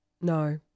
No